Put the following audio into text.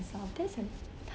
that's a tough